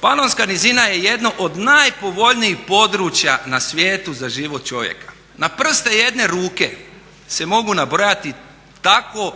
Panonska nizina je jedno od najpovoljnijih područja na svijetu za život čovjeka. Na prste jedne ruke se mogu nabrojati takva